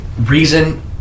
reason